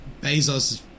Bezos